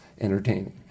entertaining